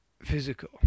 physical